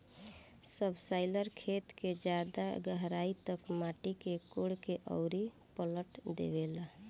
subsoiler खेत के ज्यादा गहराई तक माटी के कोड़ के अउरी पलट देवेला